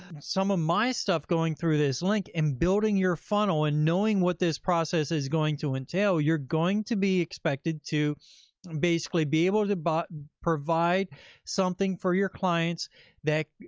and some of my stuff, going through this link and building your funnel and knowing what this process is going to entail, you're going to be expected to basically be able to but provide something for your clients that,